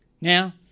Now